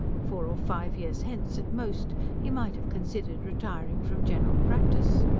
four or five years hence, at most, he might have considered retiring from general practice.